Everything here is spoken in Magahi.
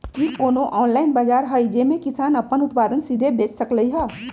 कि कोनो ऑनलाइन बाजार हइ जे में किसान अपन उत्पादन सीधे बेच सकलई ह?